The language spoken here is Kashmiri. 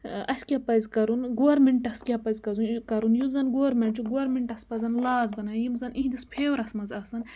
اَسہِ کیاہ پَزِ کَرُن گورمینٹَس کیاہ پَزِ کَرُن یہِ کَرُن یُس زَن گورمینٹ چھُ گورمینٹَس پَزَن لاز بَنایہِ یِم زَن اِہِنٛدِس فٮ۪ورَس منٛز آسَن